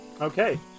okay